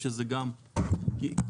תשמעו,